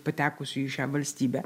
patekusių į šią valstybę